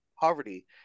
poverty